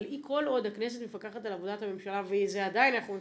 אבל כל עוד הכנסת מפקחת על עבודת הממשלה ועדיין אנחנו מפקחים,